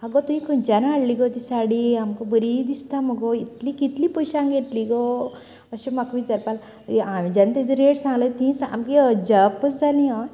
आगो तुवें खंयच्यान हाडली गो ती साडी आमकां बरी दिसता मुगो इतलीं कितल्या पयशांक घेतली गो अशें म्हाका विचारपा लागली हांवें जेन्ना तेची रेट सांगली ती सामकी अजापच जालीं